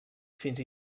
fins